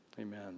Amen